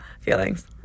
feelings